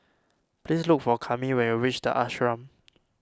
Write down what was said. please look for Kami when you reach the Ashram